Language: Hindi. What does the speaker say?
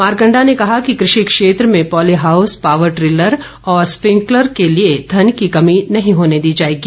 मारकंडा ने कहा कि कृषि क्षेत्र में पॉली हाऊस पावर ट्रिलर और स्प्रिंकलर के लिए धन की कमी नहीं होने दी जाएगी